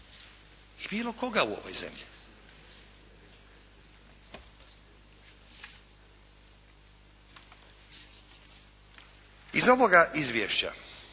i bilo koga u ovoj zemlji. Iz ovoga izvješća